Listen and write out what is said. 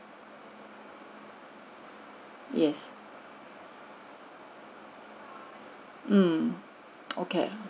yes mm okay